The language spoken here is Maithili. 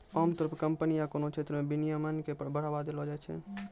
आमतौर पे कम्पनी या कोनो क्षेत्र मे विनियमन के बढ़ावा देलो जाय छै